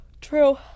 True